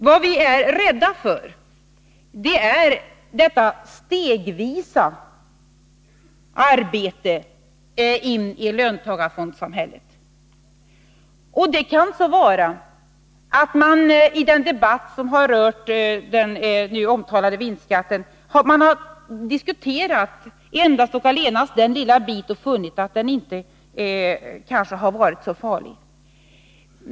Vad vi är rädda för är detta stegvisa arbete in i löntagarfondssamhället. Det kan så vara att man i den debatt som rört den omtalade vinstskatten diskuterat endast och allenast den lilla biten och funnit att den kanske inte varit så farlig.